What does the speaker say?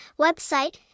website